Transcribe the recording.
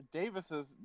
davis's